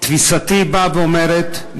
תפיסתי באה ואומרת,